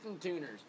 tuners